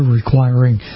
requiring